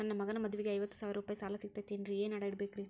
ನನ್ನ ಮಗನ ಮದುವಿಗೆ ಐವತ್ತು ಸಾವಿರ ರೂಪಾಯಿ ಸಾಲ ಸಿಗತೈತೇನ್ರೇ ಏನ್ ಅಡ ಇಡಬೇಕ್ರಿ?